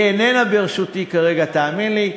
היא איננה ברשותי כרגע, תאמין לי.